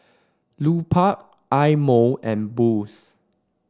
Lupark Eye Mo and Boost